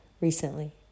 recently